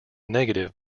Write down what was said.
negative